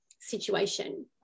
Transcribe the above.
situation